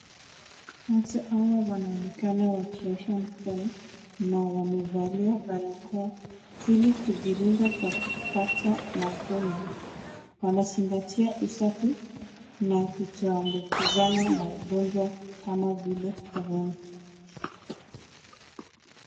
Watu hawa wanaonekeana wakiosha mkono na wamevalia barakoa ili kujilinda kwa kupata maugonjwa. Wanazingatia usafi na kutoambukizana maugonjwa kama vile Corona.